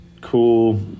cool